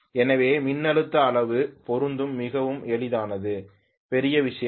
எனவே மின்னழுத்த அளவு பொருத்தம் மிகவும் எளிதானது பெரிய விஷயமல்ல